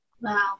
Wow